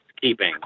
keeping